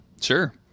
Sure